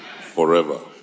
forever